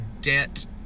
debt